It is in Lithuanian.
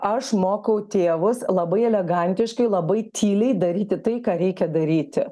aš mokau tėvus labai elegantiškai labai tyliai daryti tai ką reikia daryti